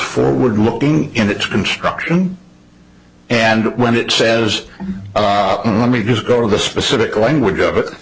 forward looking in its construction and when it says let me just go to the specific language of it